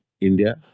India